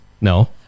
no